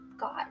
God